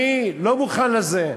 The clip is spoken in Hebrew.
אני לא מוכן לזה.